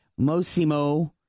Mosimo